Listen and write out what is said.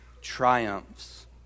triumphs